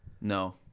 No